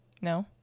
no